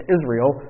Israel